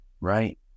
Right